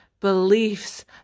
beliefs